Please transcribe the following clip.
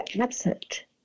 absent